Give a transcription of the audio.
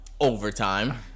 overtime